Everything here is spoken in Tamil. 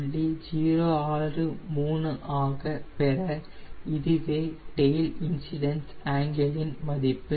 063 ஆக பெற இதுவே டெயில் இன்ஸிடெண்ட்ஸ் ஆங்கிளின் மதிப்பு